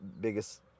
biggest